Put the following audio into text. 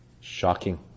shocking